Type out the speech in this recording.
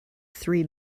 three